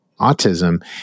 autism